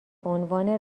عنوان